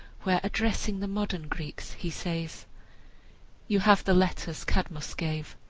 where, addressing the modern greeks, he says you have the letters cadmus gave,